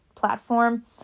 Platform